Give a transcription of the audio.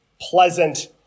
pleasant